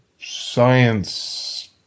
Science